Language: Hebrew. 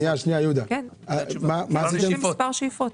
זה על פי מספר שאיפות.